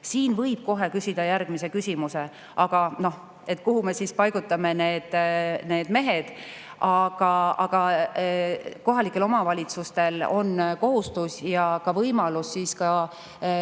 Siin võib kohe küsida järgmise küsimuse: no kuhu me paigutame need mehed? Kohalikel omavalitsustel on kohustus ja ka võimalus